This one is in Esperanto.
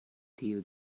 tiu